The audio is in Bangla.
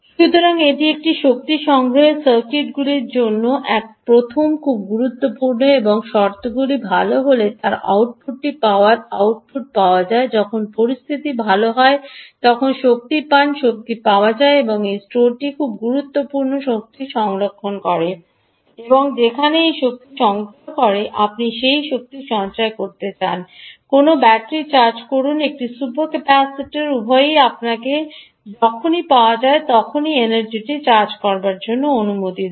সুতরাং এটি একটি শক্তি সংগ্রহের সার্কিটগুলির জন্য এক প্রথম খুব গুরুত্বপূর্ণ এবং শর্তগুলি ভাল হলে আর আউটপুটটি পাওয়ার আউটপুট পাওয়া যায় যখন পরিস্থিতি ভাল হয় তখন শক্তি পান শক্তি পাওয়া যায় এবং এই স্টোরটি খুব গুরুত্বপূর্ণ স্টোরটি সংরক্ষণ করে যেখানে এই শক্তি সঞ্চয় করে আপনি এই শক্তি সঞ্চয় করতে চান কোনও ব্যাটারি চার্জ করুন একটি সুপার ক্যাপাসিটার উভয়ই আমরা আপনাকে যখনই পাওয়া যায় তখন এনার্জি চার্জ করার অনুমতি দেব